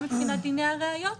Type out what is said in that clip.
גם מבחינת דיני הראיות,